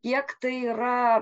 kiek tai yra